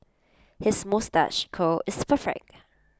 his moustache curl is perfect